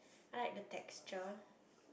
I like the texture